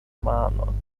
manon